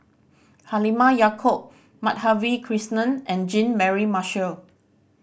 Halimah Yacob Madhavi Krishnan and Jean Mary Marshall